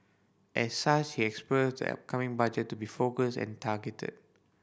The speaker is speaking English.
as such he the upcoming Budget to be focused and targeted